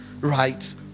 right